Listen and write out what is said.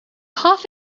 half